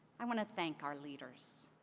i want to thank our leaders,